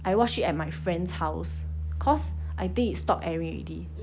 I watched it at my friend's house cause I think it stopped airing already